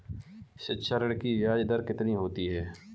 शिक्षा ऋण की ब्याज दर कितनी होती है?